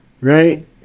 Right